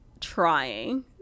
trying